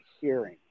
hearing